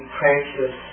precious